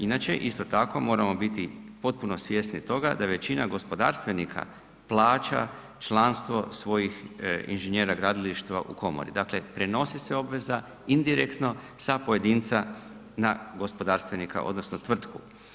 Inače, isto tako moramo biti potpuno svjesni toga da većina gospodarstvenika plaća članstvo svojih inženjera gradilišta u komori, dakle prenosi se obveza indirektno sa pojedinca na gospodarstvenika odnosno tvrtku.